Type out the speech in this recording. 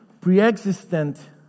preexistent